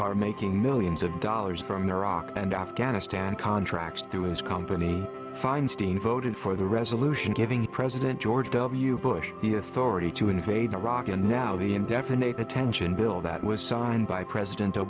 are making millions of dollars from iraq and afghanistan contracts through his company feinstein voted for the resolution giving president george w bush the authority to invade iraq and now the indefinite detention bill that was signed by president